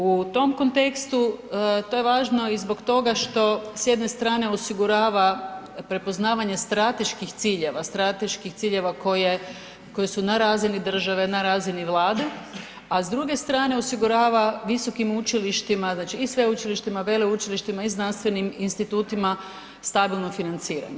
U tom kontekstu to je važno i zbog toga što s jedne strane osigurava prepoznavanje strateških ciljeva, strateških ciljeva koji su na razini države, na razini Vlade, a s druge strane osigurava visokim učilištima i sveučilištima, veleučilištima i znanstvenim institutima stabilno financiranje.